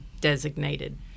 designated